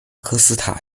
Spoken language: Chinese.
科斯塔